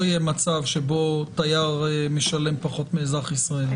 יהיה מצב שבו תייר משלם יותר מאזרח ישראלי.